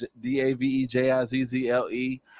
D-A-V-E-J-I-Z-Z-L-E